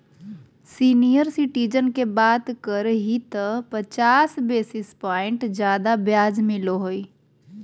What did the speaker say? senior citizen के बात करही त पचास बेसिस प्वाइंट ज्यादा ब्याज मिलो हइ